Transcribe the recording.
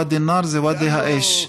ואדי נאר זה ואדי האש,